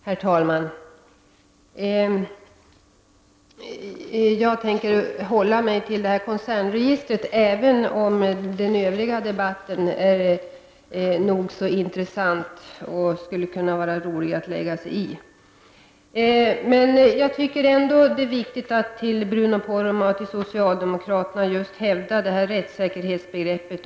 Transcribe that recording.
Herr talman! Jag skall hålla mig till frågan om koncernregistret, även om debatten i övrigt är nog så intressant och det skulle vara roligt att delta i den. Jag anser det vara angeläget att för Bruno Poromaa och övriga socialdemokrater ånyo framhålla rättssäkerhetsaspekten.